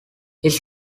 his